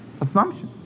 Assumption